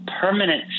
permanent